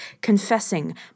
confessing